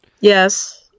Yes